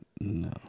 No